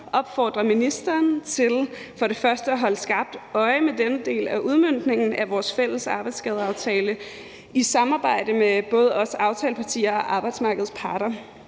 opfordre ministeren til for det første at holde skarpt øje med den del af udmøntningen af vores fælles arbejdsskadeaftale i et samarbejde mellem både os aftalepartier og arbejdsmarkedets parter